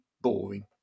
boring